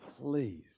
please